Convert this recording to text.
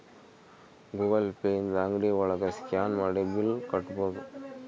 Google Pay ಇಂದ ಅಂಗ್ಡಿ ಒಳಗ ಸ್ಕ್ಯಾನ್ ಮಾಡಿ ಬಿಲ್ ಕಟ್ಬೋದು